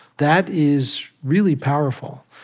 that is really powerful.